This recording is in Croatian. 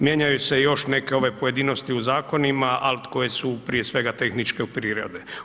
Mijenjaju se i još neke ove pojedinosti u zakonima ali koje su prije svega tehničke prirode.